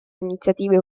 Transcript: iniziative